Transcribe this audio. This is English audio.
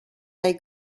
they